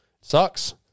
sucks